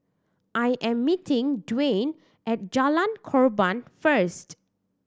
I am meeting Dwain at Jalan Korban first